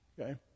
okay